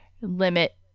limit